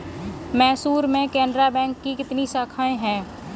मैसूर में केनरा बैंक की कितनी शाखाएँ है?